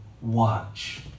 watch